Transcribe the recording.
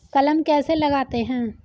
कलम कैसे लगाते हैं?